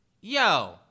Yo